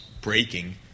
breaking